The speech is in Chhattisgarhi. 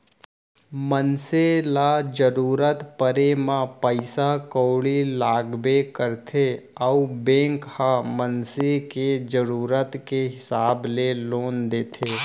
मनसे ल जरूरत परे म पइसा कउड़ी लागबे करथे अउ बेंक ह मनसे के जरूरत के हिसाब ले लोन देथे